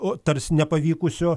o tarsi nepavykusio